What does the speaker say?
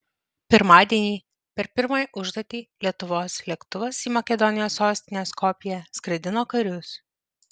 pirmadienį per pirmąją užduotį lietuvos lėktuvas į makedonijos sostinę skopję skraidino karius